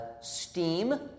steam